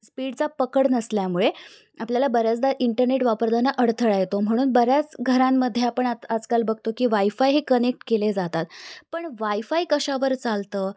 स्पीडचा पकड नसल्यामुळे आपल्याला बऱ्याचदा इंटरनेट वापरताना अडथळा येतो म्हणून बऱ्याच घरांमध्ये आपण आत् आजकाल बघतो की वायफाय हे कनेक्ट केले जातात पण वायफाय कशावर चालतं